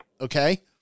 Okay